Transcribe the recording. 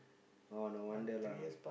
oh no wonder lah